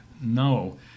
no